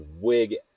wig